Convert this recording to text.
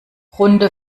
runde